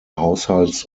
haushalts